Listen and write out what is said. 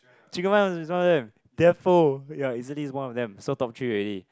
chicken rice is one of them ya easily is one of them so top three already